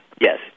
Yes